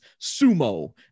sumo